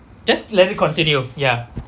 just let me continue yeah